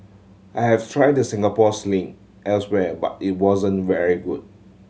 I have tried the Singapore Sling elsewhere but it wasn't very good